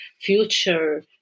future